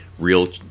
real